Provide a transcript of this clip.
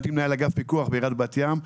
הייתי מנהל אגף פיקוח בעיריית בת ים,